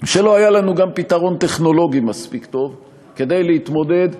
שלא היה לנו גם פתרון טכנולוגי מספיק טוב כדי להתמודד,